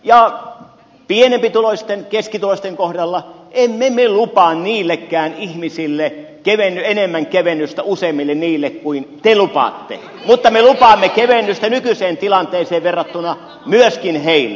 ja pienempituloisten keskituloisten kohdalla emme me lupaa niillekään ihmisille enemmän kevennystä useimmille heistä kuin te lupaatte mutta me lupaamme kevennystä nykyiseen tilanteeseen verrattuna myöskin heille